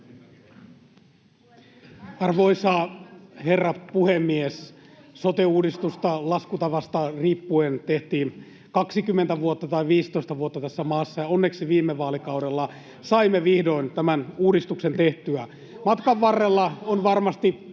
Arvoisa herra puhemies! Sote-uudistusta, laskutavasta riippuen, tehtiin 20 vuotta tai 15 vuotta tässä maassa, ja onneksi viime vaalikaudella saimme vihdoin tämän uudistuksen tehtyä. Matkan varrella on varmasti